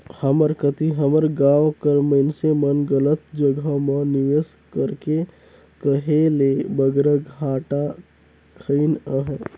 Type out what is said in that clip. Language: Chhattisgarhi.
हमर कती हमर गाँव कर मइनसे मन गलत जगहा म निवेस करके कहे ले बगरा घाटा खइन अहें